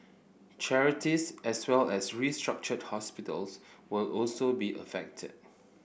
charities as well as restructured hospitals will also be affected